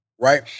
right